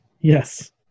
Yes